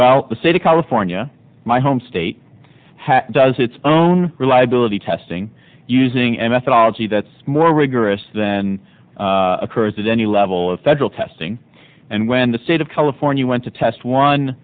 well the state of california my home state does its own reliability testing using a methodology that's more rigorous then occurs at any level of federal testing and when the state of california went to test one